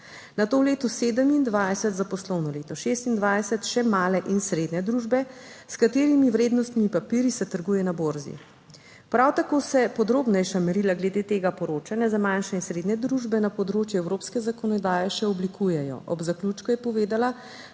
nato v letu 2027 za poslovno leto 2026 še male in srednje družbe, s katerih vrednostnimi papirji se trguje na borzi. Prav tako se podrobnejša merila glede tega poročanja za manjše in srednje družbe na področju evropske zakonodaje še oblikujejo. Ob zaključku je povedala,